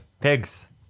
pigs